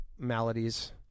maladies